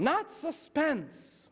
not suspense